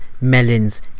melons